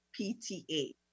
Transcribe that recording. PTA